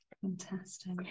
fantastic